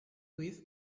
with